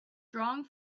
drawing